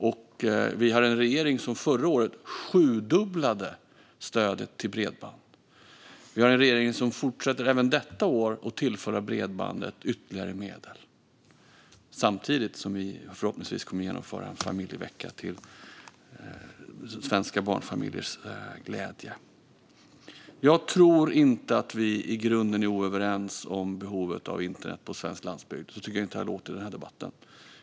Vi har också en regering som förra året sjudubblade stödet till bredband. Vi har en regering som även detta år fortsätter att tillföra bredbandet ytterligare medel, samtidigt som vi förhoppningsvis kommer att genomföra en familjevecka till svenska barnfamiljers glädje. Jag tror inte att vi i grunden är oeniga om behovet av internet på svensk landsbygd. Så tycker jag inte att det låter i den här debatten.